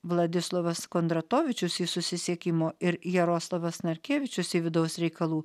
vladislovas kondratovičius susisiekimo ir jaroslavas narkevičius į vidaus reikalų